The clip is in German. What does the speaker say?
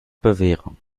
bewährung